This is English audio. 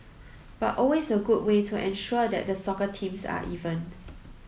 but always a good way to ensure that the soccer teams are even